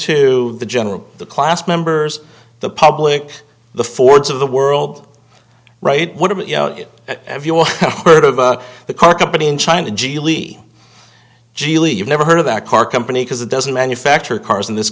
to the general the class members the public the fords of the world right what about you know it everyone heard of a the car company in china gili gili you've never heard of that car company because it doesn't manufacture cars in this